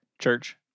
church